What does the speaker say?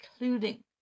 including